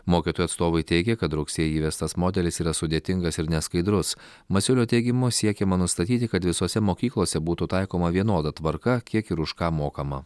mokytojų atstovai teigia kad rugsėjį įvestas modelis yra sudėtingas ir neskaidrus masiulio teigimu siekiama nustatyti kad visose mokyklose būtų taikoma vienoda tvarka kiek ir už ką mokama